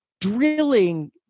drilling